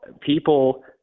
people